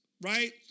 right